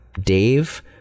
dave